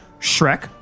Shrek